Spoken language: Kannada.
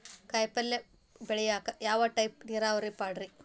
ಕಾಯಿಪಲ್ಯ ಬೆಳಿಯಾಕ ಯಾವ ಟೈಪ್ ನೇರಾವರಿ ಪಾಡ್ರೇ?